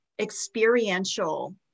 experiential